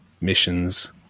missions